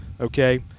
okay